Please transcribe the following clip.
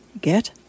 Get